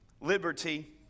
liberty